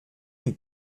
dem